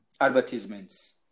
advertisements